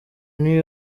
new